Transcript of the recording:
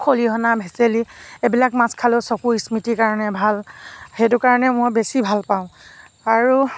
খলিহনা ভেচেলি এইবিলাক মাছ খালেও চকু স্মৃতিৰ কাৰণে ভাল সেইটো কাৰণে মই বেছি ভাল পাওঁ আৰু